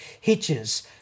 hitches